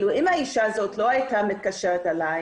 אם האישה הזאת לא הייתה מתקשרת אליי